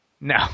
No